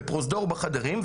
בפרוזדור ובחדרים.